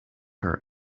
her